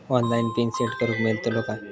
Online pin set करूक मेलतलो काय?